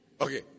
Okay